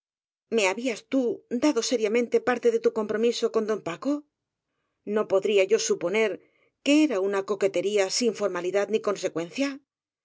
me habías tú dado seriamente parte de tu compromiso con don paco no podría yo suponer que era una coque tería sin formalidad ni consecuencia